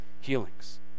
healings